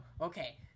okay